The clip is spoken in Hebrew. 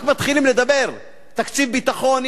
רק מתחילים לדבר תקציב ביטחון,